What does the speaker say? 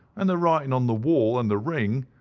and the writing on the wall, and the ring,